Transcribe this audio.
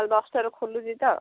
ଦଶଟାରୁ ଖୋଲୁଛି ତ